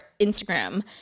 instagram